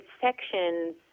sections